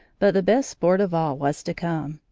but the best sport of all was to come,